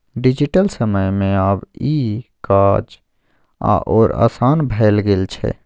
digital समय मे आब ई काज आओर आसान भए गेल छै